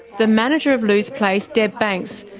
the manager of lou's place, deb banks,